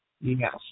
yes